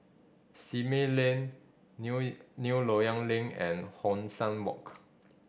Simei Lane New New Loyang Link and Hong San Walk